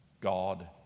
God